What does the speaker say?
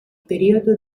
periodo